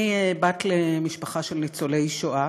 אני בת למשפחה של ניצולי שואה.